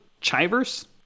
Chivers